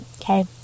okay